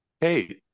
Hey